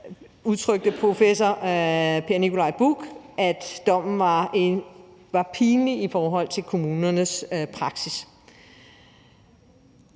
udtrykte professor Per Nikolaj Bukh, at dommen var pinlig i forhold til kommunernes praksis.